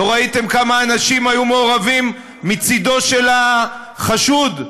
כמה אנשים מעורבים מצדו של החשוד?